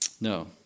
No